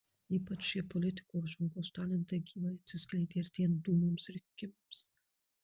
ypač šie politiko ir žmogaus talentai gyvai atsiskleidė artėjant dūmos rinkimams